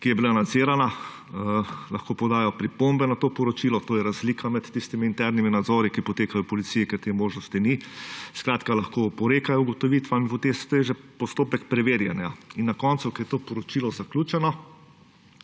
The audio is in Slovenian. ki je bila nadzirana, lahko podajo pripombe na to poročilo, to je razlika med tistimi internimi nadzori, ki potekajo v policiji, kjer te možnosti ni. Skratka lahko oporekajo ugotovitvam, ampak to je že postopek preverjanja. In na koncu, ko je to poročilo zaključeno,